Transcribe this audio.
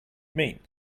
means